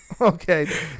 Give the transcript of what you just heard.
okay